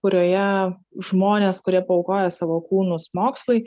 kurioje žmonės kurie paaukoja savo kūnus mokslui